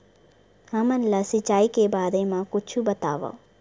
हमन ला सिंचाई के बारे मा कुछु बतावव?